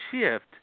shift